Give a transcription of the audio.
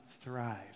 thrive